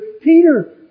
Peter